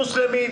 מוסלמים,